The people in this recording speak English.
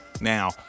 Now